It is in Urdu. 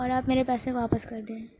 اور آپ میرے پیسے واپس کر دیں